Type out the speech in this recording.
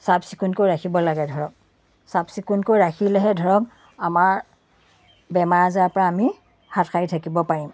চাফ চিকুণকৈ ৰাখিব লাগে ধৰক চাফ চিকুণকৈ ৰাখিলেহে ধৰক আমাৰ বেমাৰ আজাৰৰ পৰা আমি হাত সাৰি থাকিব পাৰিম